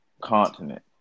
continent